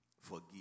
forgive